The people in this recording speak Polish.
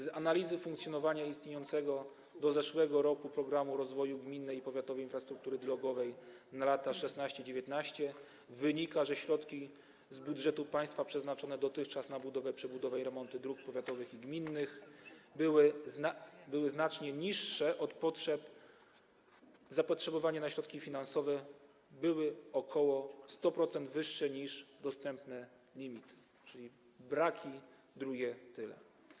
Z analizy funkcjonowania istniejącego do zeszłego roku „Programu rozwoju gminnej i powiatowej infrastruktury drogowej na lata 2016-2019” wynika, że środki z budżetu państwa przeznaczone dotychczas na budowę, przebudowę i remonty dróg powiatowych i gminnych były znacznie niższe od potrzeb; zapotrzebowania na środki finansowe były o ok. 100% wyższe niż dostępne limity, czyli były braki, drugie tyle.